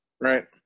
Right